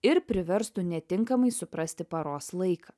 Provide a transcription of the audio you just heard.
ir priverstų netinkamai suprasti paros laiką